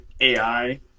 AI